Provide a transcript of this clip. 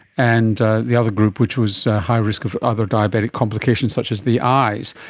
and the other group which was high risk of other diabetic complications such as the eyes.